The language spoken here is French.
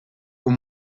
aux